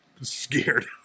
scared